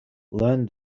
learned